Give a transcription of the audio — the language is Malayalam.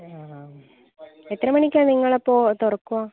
ആ ആ ആ എത്ര മണിക്കാണ് നിങ്ങൾ അപ്പോൾ തുറക്കുക